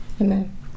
Amen